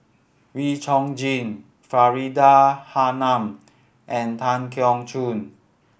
Wee Chong Jin Faridah Hanum and Tan Keong Choon